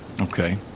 Okay